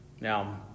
Now